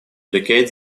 educate